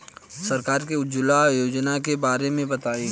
सरकार के उज्जवला योजना के बारे में बताईं?